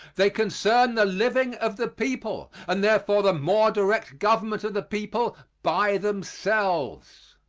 they concern the living of the people and therefore the more direct government of the people by themselves.